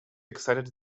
excited